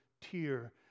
tear